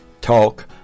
Talk